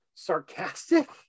sarcastic